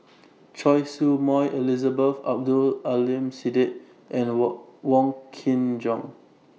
Choy Su Moi Elizabeth Abdul Aleem Siddique and All Wong Kin Jong